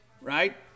right